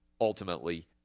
ultimately